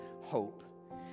hope